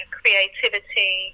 creativity